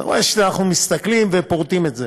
אתה רואה שאנחנו מסתכלים ופורטים את זה.